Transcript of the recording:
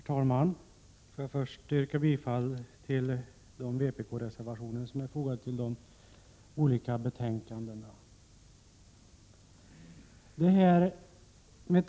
Herr talman! Jag vill först yrka bifall till de vpk-reservationer som är fogade till de olika betänkanden som vi nu diskuterar.